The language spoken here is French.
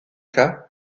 cas